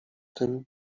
tym